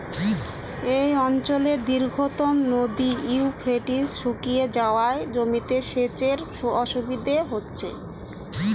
এই অঞ্চলের দীর্ঘতম নদী ইউফ্রেটিস শুকিয়ে যাওয়ায় জমিতে সেচের অসুবিধে হচ্ছে